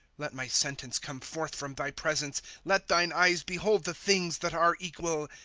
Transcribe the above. let my sentence come forth from thy presence let thine eyes behold the things that are equal.